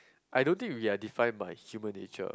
I don't think we are define by human nature